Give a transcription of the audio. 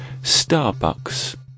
Starbucks